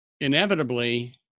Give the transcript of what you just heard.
inevitably